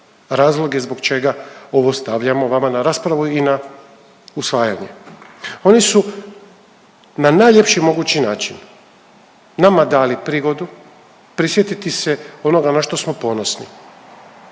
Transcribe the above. razloge zbog čega ovo stavljamo vama na raspravu i na usvajanje. Oni su na najljepši mogući način nama dali prigodu prisjetiti se onoga na što smo ponosni.